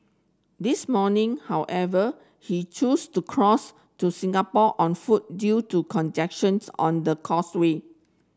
this morning however he choose to cross to Singapore on foot due to congestion on the causeway